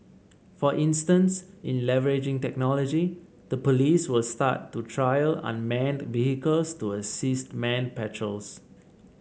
for instance in leveraging technology the police will start to trial unmanned vehicles to assist manned patrols